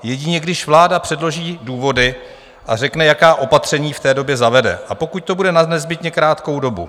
Jedině když vláda předloží důvody a řekne, jaká opatření v té době zavede, a pokud to bude na nezbytně krátkou dobu.